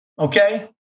Okay